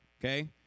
okay